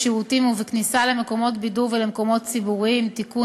בשירותים ובכניסה למקומות בידור ולמקומות ציבוריים (תיקון,